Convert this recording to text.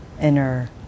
inner